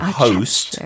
host